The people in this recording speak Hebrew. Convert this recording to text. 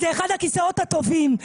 זה אחד הכיסאות הטובים.